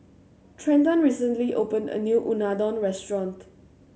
Trenton recently opened a new Unadon restaurant